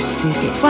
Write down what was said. city